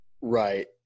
right